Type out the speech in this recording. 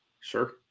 Sure